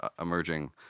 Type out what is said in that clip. emerging